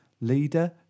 leader